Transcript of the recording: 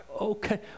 Okay